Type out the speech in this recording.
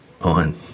on